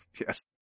Yes